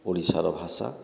ଓଡ଼ିଶାର ଭାଷା